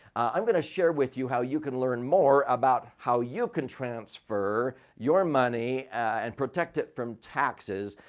i'm going to share with you how you can learn more about how you can transfer your money and protect it from taxes.